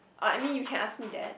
ah I mean you can ask me that